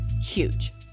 Huge